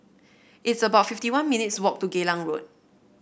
it's about fifty one minutes' walk to Geylang Road